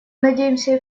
надеемся